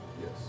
yes